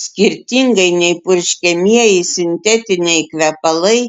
skirtingai nei purškiamieji sintetiniai kvepalai